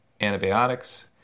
antibiotics